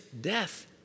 death